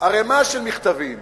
ערימה של מכתבים